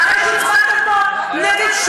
אחרי שהצבעת נגדו,